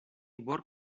bord